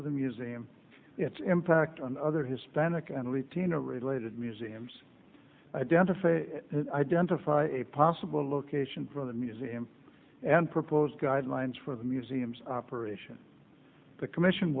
of the muse its impact on other hispanic and latino related museums identify identify a possible location for the museum and propose guidelines for the museum's operations the commission